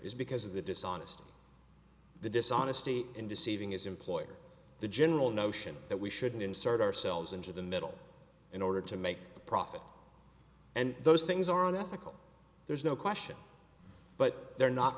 is because of the dishonesty the dishonesty in deceiving his employer the general notion that we should insert ourselves into the middle in order to make a profit and those things are unethical there's no question but they're not